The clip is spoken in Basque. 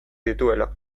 dituela